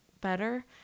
better